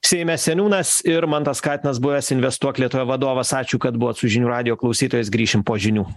seime seniūnas ir mantas katinas buvęs investuok lietuvoje vadovas ačiū kad buvot su žinių radijo klausytojais grįšim po žinių